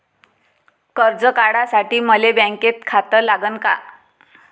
कर्ज काढासाठी मले बँकेत खातं लागन का?